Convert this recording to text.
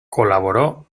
colaboró